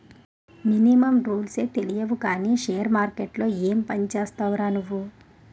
Minimum రూల్సే తెలియవు కానీ షేర్ మార్కెట్లో ఏం పనిచేస్తావురా నువ్వు?